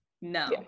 no